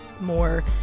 more